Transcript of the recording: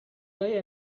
guy